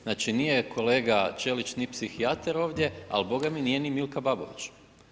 Znači nije kolega Ćelić ni psihijatar ovdje, al bogami nije ni Milka Babović.